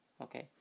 Okay